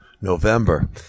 November